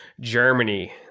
Germany